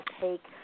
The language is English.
take